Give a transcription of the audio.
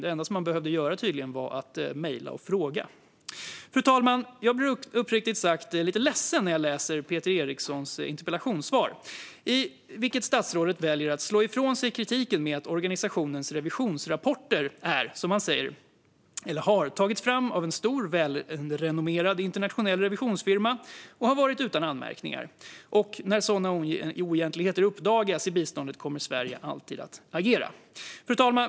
Det enda man behövde göra var tydligen att mejla och fråga. Fru talman! Jag blir uppriktigt sagt lite ledsen när jag läser Peter Erikssons interpellationssvar, där statsrådet väljer att slå ifrån sig kritiken med att organisationens revisionsrapporter som han säger "har tagits fram av en stor, välrenommerad internationell revisionsfirma och har varit utan anmärkning När sedan sådana oegentligheter uppdagas i biståndet kommer Sverige alltid att reagera." Fru talman!